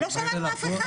לא שמענו אף אחד.